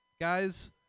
Guys